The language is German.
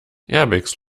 airbags